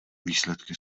výsledky